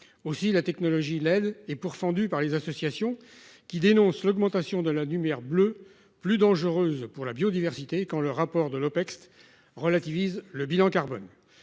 aussi. La technologie LED et pourfendu par les associations qui dénoncent l'augmentation de la lumière bleue plus dangereuse pour la biodiversité. Quand le rapport de l'Opecst relativise le bilan carbone